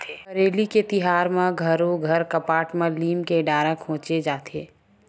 हरेली के तिहार म घरो घर कपाट म लीम के डारा खोचे जाथे